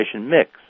mix